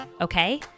Okay